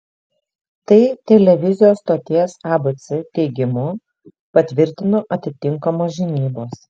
tai televizijos stoties abc teigimu patvirtino atitinkamos žinybos